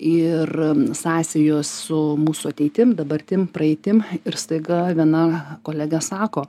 ir sąsajos su mūsų ateitim dabartim praeitimi ir staiga viena kolegė sako